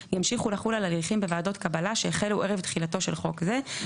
ימשיכו לחול על הליכים בוועדות קבלה שהחלו ערב תחילתו של חוק זה.